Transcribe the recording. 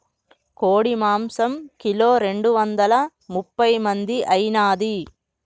కోడి మాంసం కిలో రెండు వందల ముప్పై మంది ఐనాది